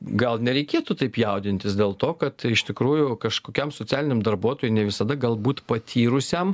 gal nereikėtų taip jaudintis dėl to kad iš tikrųjų kažkokiam socialiniam darbuotojui ne visada galbūt patyrusiam